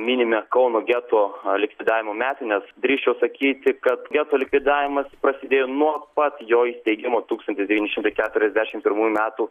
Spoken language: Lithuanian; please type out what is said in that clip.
minime kauno geto likvidavimo metines drįsčiau sakyti kad geto likvidavimas prasidėjo nuo pat jo įsteigimo tūkstantis devyni šimtai keturiasdešim pirmųjų metų